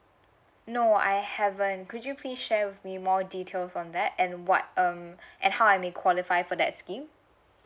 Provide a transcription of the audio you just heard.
no I haven't could you please share with me more details on that and what um and how I may qualify for that scheme